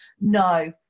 No